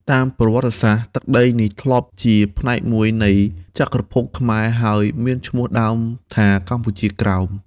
តាមប្រវត្តិសាស្ត្រ ទឹកដីនេះធ្លាប់ជាផ្នែកមួយនៃចក្រភពខ្មែរ ហើយមានឈ្មោះដើមថា កម្ពុជាក្រោម។